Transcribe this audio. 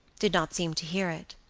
did not seem to hear it.